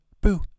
boo